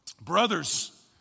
Brothers